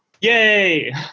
Yay